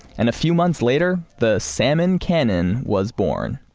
and a few months later, the salmon cannon was born.